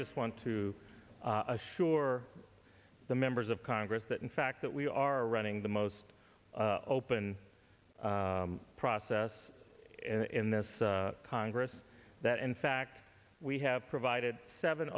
just want to assure the members of congress that in fact that we are running the most open process in this congress that in fact we have provided seven